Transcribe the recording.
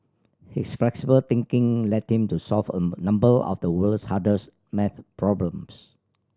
his flexible thinking led him to solve a number of the world's hardest maths problems